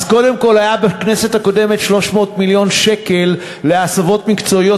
אז קודם כול היו בכנסת הקודמת 300 מיליון שקל להסבות מקצועיות.